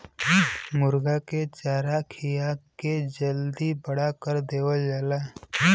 मुरगा के चारा खिया के जल्दी बड़ा कर देवल जाला